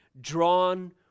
drawn